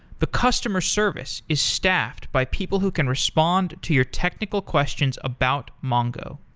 the customer service is staffed by people who can respond to your technical questions about mongo.